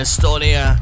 Estonia